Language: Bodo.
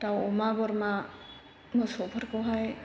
दाउ अमा बोरमा मोसौफोरखौहाय